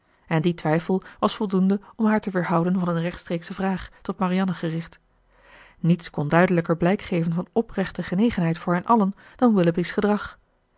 en die twijfel was voldoende om haar te weerhouden van een rechtstreeksche vraag tot marianne gericht niets kon duidelijker blijk geven van oprechte genegenheid voor hen allen dan willoughby's gedrag